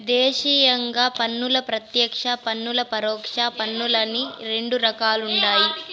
దేశీయంగా పన్నులను ప్రత్యేక పన్నులు, పరోక్ష పన్నులని రెండు రకాలుండాయి